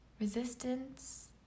Resistance